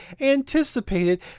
anticipated